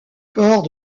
corps